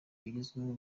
bigezweho